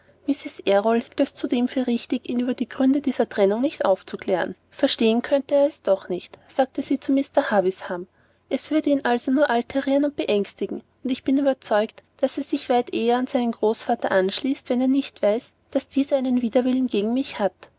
errol hielt es zudem für richtig ihn über die gründe dieser trennung nicht aufzuklären verstehen könnte er es doch nicht sagte sie zu mr havisham es würde ihn also nur alterieren und beängstigen und ich bin überzeugt daß er sich weit eher an seinen großvater anschließt wenn er nicht weiß daß dieser einen widerwillen gegen mich hat